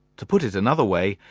to put it another way,